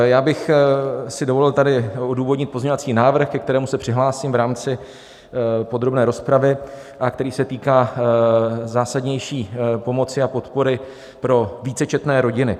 Já bych si dovolil tady odůvodnit pozměňovací návrh, ke kterému se přihlásím v rámci podrobné rozpravy a který se týká zásadnější pomoci a podpory pro vícečetné rodiny.